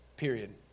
Period